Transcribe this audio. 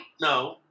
No